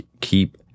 keep